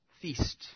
Feast